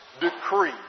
decree